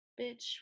bitch